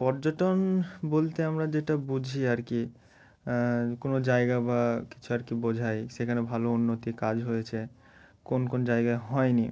পর্যটন বলতে আমরা যেটা বুঝি আর কি কোনো জায়গা বা কিছু আর কি বোঝায় সেখানে ভালো উন্নতি কাজ হয়েছে কোন কোন জায়গায় হয়নি